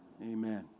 Amen